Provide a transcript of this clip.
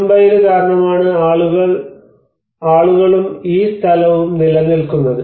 ഇരുമ്പ് അയിര് കാരണമാണ് ആണ് ആളുകളും ഈ സ്ഥലവും നിലനിൽക്കുന്നത്